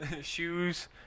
Shoes